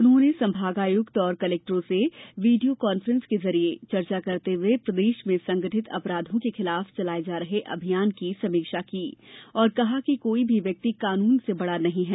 उन्होंने संभागायुक्त एवं कलेक्टरों से वीडियों कॉन्फ्रेंस के जरिए चर्चा करते हुये प्रदेश में संगठित अपराधों के खिलाफ चलाये जा रहे अभियान की समीक्षा की और कहा कि कोई भी व्यक्ति कानून से बड़ा नहीं है